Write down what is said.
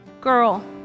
girl